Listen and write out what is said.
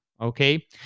okay